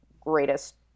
greatest